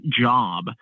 job